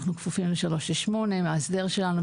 אנחנו כפופים ל-368, המאסדר שלנו.